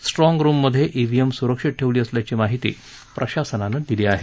स्ट्राँगरूममध्ये EVM सुरक्षित ठेवली असल्याची माहिती प्रशासनानं दिली आहे